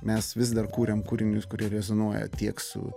mes vis dar kuriam kūrinius kurie rezonuoja tiek su